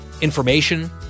information